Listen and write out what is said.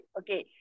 okay